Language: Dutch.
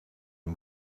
een